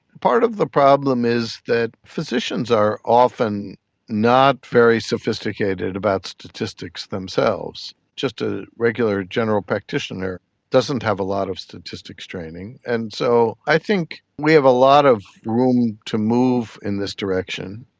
part of the problem is that physicians are often not very sophisticated about statistics themselves. just a regular general practitioner doesn't have a lot of statistics training. and so i think we have a lot of room to move in this direction.